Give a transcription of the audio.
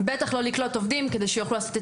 בטח לא לקלוט עובדים כדי שיוכלו לעשות את